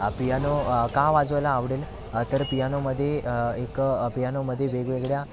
piano का वाजवायला आवडेल तर पियानोमध्ये एक पियानोमध्ये वेगवेगळ्या